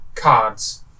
Cards